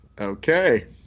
okay